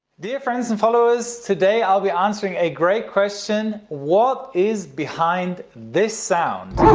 dear friends and followers, today i will be answering a great question. what is behind this sound?